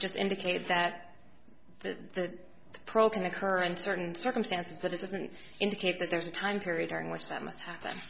just indicate that the pro can occur in certain circumstances but it doesn't indicate that there's a time period during which that must happen